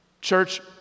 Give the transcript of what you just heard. Church